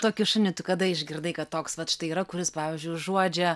tokį šunį tu kada išgirdai kad toks vat štai yra kuris pavyzdžiui užuodžia